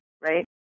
right